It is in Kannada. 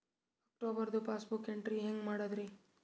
ಅಕ್ಟೋಬರ್ದು ಪಾಸ್ಬುಕ್ ಎಂಟ್ರಿ ಹೆಂಗ್ ಮಾಡದ್ರಿ?